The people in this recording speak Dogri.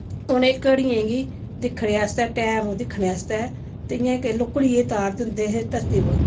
उ'नें घड़ियें गी दिक्खने आस्तै टैम दिक्खने आस्तै ते इ'यां इक लुकड़ी देई तार दिंदे हे धरती पर